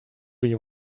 you